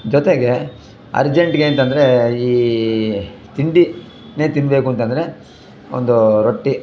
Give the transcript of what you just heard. ಜೊತೆಗೆ ಅರ್ಜೆಂಟ್ಗೆ ಅಂತಂದರೆ ಈ ತಿಂಡಿನೇ ತಿನ್ನಬೇಕು ಅಂತಂದರೆ ಒಂದು ರೊಟ್ಟಿ